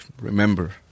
remember